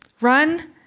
Run